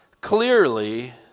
Clearly